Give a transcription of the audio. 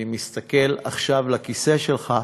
אני מסתכל עכשיו לכיסא שלך,